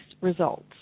results